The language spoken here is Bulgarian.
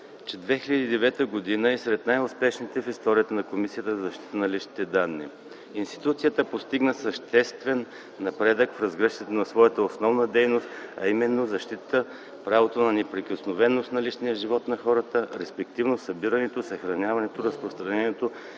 че 2009 г. е сред най-успешните в историята на Комисията за защита на личните данни. Институцията постигна съществен напредък в развитието на своята основна дейност, а именно защитата правото на неприкосновеност на личния живот на хората, респективно събирането, съхраняването, разпространението